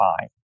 fine